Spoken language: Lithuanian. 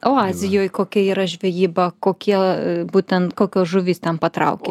o azijoj kokia yra žvejyba kokie būtent kokios žuvys ten patraukė